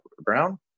Brown